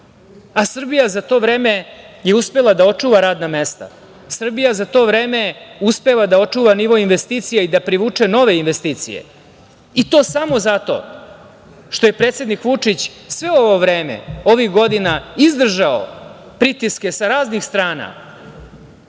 a Srbija za to vreme je uspela da očuva radna mesta, Srbija za to vreme uspeva da očuva nivo investicija i da privuče nove investicije, i to samo zato što je predsednik Vučić sve ovo vreme ovih godina izdržao pritiske sa raznih strana